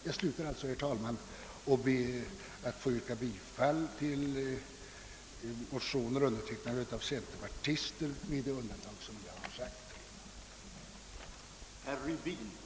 Jag slutar alltså, herr talman, med att yrka bifall till reservationer undertecknade av centerpartister med det undantag som jag har nämnt.